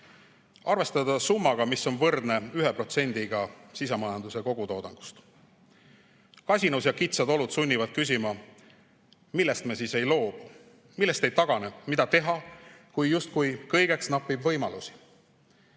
arvestada summaga, mis on võrdne 1%-ga sisemajanduse kogutoodangust. Kasinus ja kitsad olud sunnivad küsima, millest me siis ei loobu, millest ei tagane. Mida teha, kui justkui kõigeks napib võimalusi?